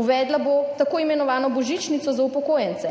Uvedla bo tako imenovano božičnico za upokojence,